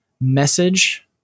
message